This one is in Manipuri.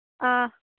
ꯑ